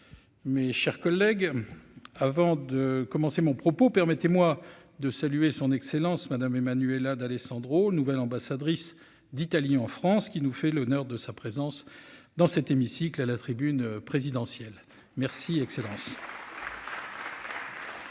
mes chers collègues, avant de commencer mon propos, permettez-moi de saluer son excellence Madame et Manuela d'Alessandro, nouvelle ambassadrice d'Italie en France qui nous fait l'honneur de sa présence dans cet hémicycle à la tribune présidentielle merci excellence. Connu sous